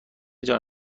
جان